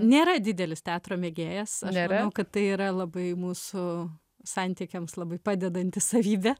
nėra didelis teatro mėgėjas aš manau kad tai yra labai mūsų santykiams labai padedanti savybė